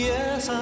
Yes